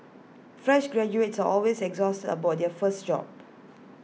fresh graduates are always anxious about their first job